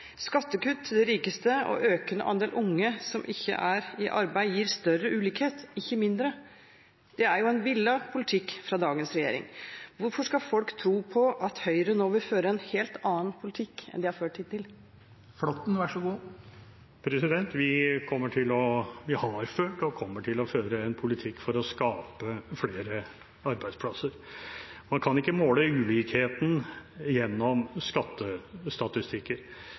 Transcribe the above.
Skattekutt til de rikeste og en økende andel unge som ikke er i arbeid, gir større ulikhet – ikke mindre. Det er en villet politikk fra dagens regjering. Hvorfor skal folk tro på at Høyre nå vil føre en helt annen politikk enn de har ført hittil? Vi har ført, og kommer til å føre, en politikk for å skape flere arbeidsplasser. Man kan ikke måle ulikheten gjennom skattestatistikker.